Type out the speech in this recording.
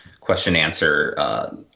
question-answer